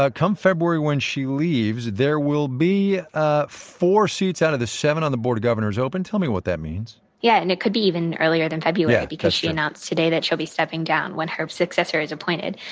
ah come february when she leaves, there will be ah four seats out of the seven on the board governors open. tell me what that means? yeah, and it could be even earlier than february because she announced today that she'll be stepping down when her successor is appointed.